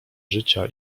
życia